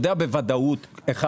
יודע בוודאות: א',